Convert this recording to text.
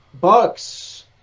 Bucks